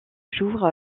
jour